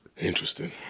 Interesting